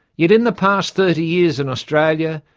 yet in the past thirty years in australia,